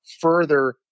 further